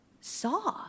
saw